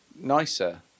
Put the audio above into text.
nicer